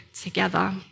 together